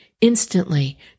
instantly